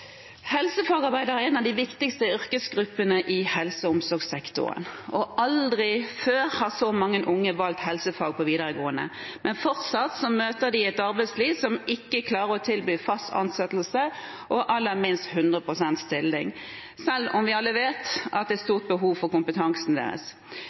mange unge valgt helsefag på videregående, men fortsatt møter de et arbeidsliv som ikke klarer å tilby fast ansettelse og aller minst 100 pst. stilling, selv om alle vet at det er